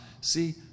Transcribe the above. See